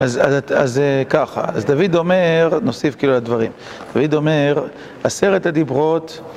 אז ככה, אז דוד אומר, נוסיף כאילו לדברים, דוד אומר, עשרת הדיברות